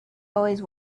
always